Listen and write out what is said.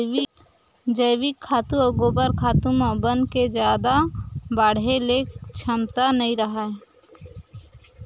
जइविक खातू अउ गोबर खातू म बन के जादा बाड़हे के छमता नइ राहय